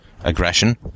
aggression